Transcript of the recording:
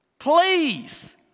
Please